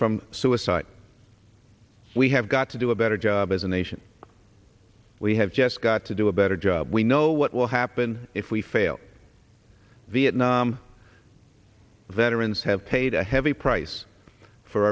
from suicide we have got to do a better job as a nation we have just got to do a better job we know what will happen if we fail vietnam veterans have paid a heavy price for